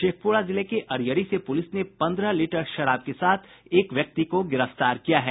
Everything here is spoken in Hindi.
शेखपुरा जिले के अरियरी से पुलिस ने पंद्रह लीटर देशी शराब के साथ एक व्यक्ति को गिरफ्तार किया है